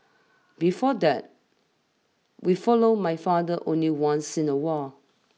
before that we followed my father only once in a while